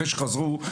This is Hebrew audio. אחרי שחזרו,